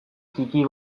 ttiki